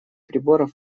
приборов